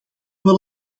wel